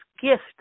gift